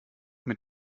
mit